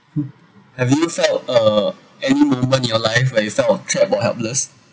mm have you felt uh any moment in your life where you felt trapped or helpless